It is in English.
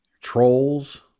trolls